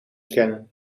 kennen